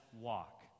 walk